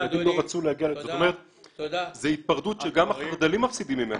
זו היפרדות שגם החרד"לים מפסידים מממנה.